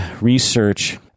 research